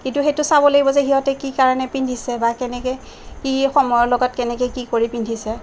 কিন্তু সেইটো চাব লাগিব যে হিহঁতে কি কাৰণে পিন্ধিছে বা কেনেকে কি সময়ৰ লগত কেনেকে কি কৰি পিন্ধিছে